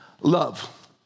Love